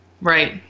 Right